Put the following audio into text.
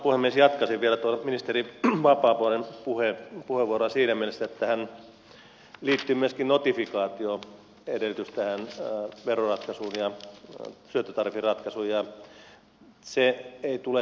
jatkaisin vielä tuota ministeri vapaavuoren puheenvuoroa siinä mielessä että tähän veroratkaisuun ja syöttötariffiratkaisuun liittyy myöskin notifikaatioedellytys